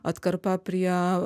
atkarpa prie